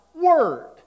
word